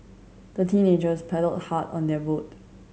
the teenagers paddled hard on their boat